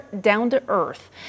down-to-earth